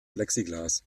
plexiglas